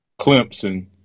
Clemson